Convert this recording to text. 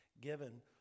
given